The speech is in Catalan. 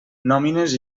nòmines